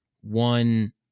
one